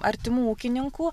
artimų ūkininkų